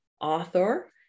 author